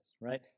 right